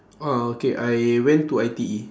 oh okay I went to I_T_E